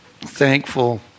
thankful